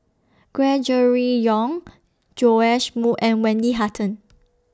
Gregory Yong Joash Moo and Wendy Hutton